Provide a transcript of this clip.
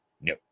No